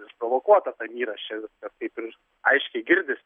išprovokuota tam įraše viskas kaip ir aiškiai girdisi